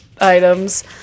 items